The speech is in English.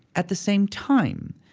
at the same time,